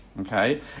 Okay